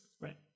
right